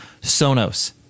Sonos